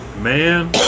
man